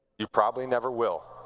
you probably never will.